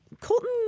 Colton